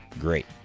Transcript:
great